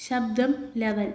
ശബ്ദം ലെവൽ